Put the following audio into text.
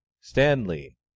Stanley